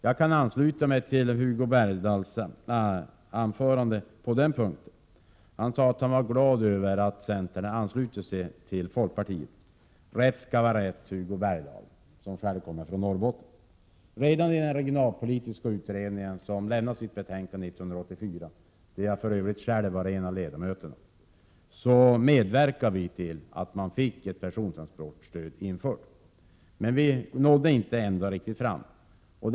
Jag kan ansluta mig till Hugo Bergdahls anförande på den punkten. Han sade att han var glad över att centern har anslutit sig till folkpartiets uppfattning. Rätt skall vara rätt, Hugo Bergdahl, som själv kommer från Norrbotten. Redan den regionalpolitiska utredningen — jag var själv en av ledamöterna i den — som lade fram sitt betänkande 1984, medverkade till att ett persontransportstöd infördes. Utredningen nådde emellertid inte ända fram.